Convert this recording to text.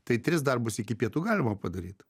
tai tris darbus iki pietų galima padaryt